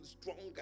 stronger